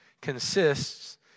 consists